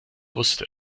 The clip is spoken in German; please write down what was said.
wusste